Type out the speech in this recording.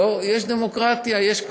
יש דמוקרטיה, לא?